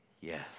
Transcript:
Yes